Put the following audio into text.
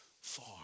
far